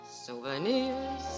souvenirs